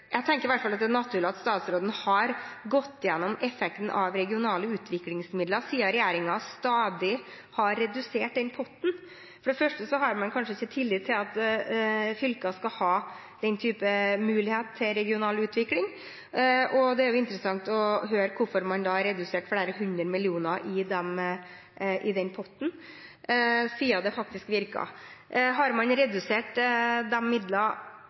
Jeg tenker i hvert fall at det er naturlig at statsråden har gått gjennom effektene av regionale utviklingsmidler, siden regjeringen stadig har redusert den potten. For det første har man kanskje ikke tillit til at fylkene skal ha den typen mulighet til regional utvikling. Og det ville være interessant å høre hvorfor man da har redusert flere hundre millioner i den potten, siden det faktisk virker. Har man redusert